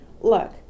Look